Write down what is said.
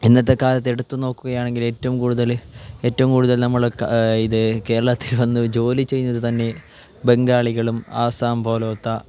ഇന്നത്തെ കാലത്ത് എടുത്തു നോക്കുകയാണെങ്കിൽ ഏറ്റവും കൂടുതൽ ഏറ്റവും കൂടുതൽ നമ്മൾ ഇത് കേരള തിരുവനന്ത ജോലി ചെയ്യുന്നത് തന്നെ ബംഗാളികളും ആസാം പോലത്തെ